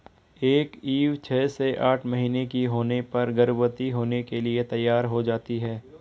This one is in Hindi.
एक ईव छह से आठ महीने की होने पर गर्भवती होने के लिए तैयार हो जाती है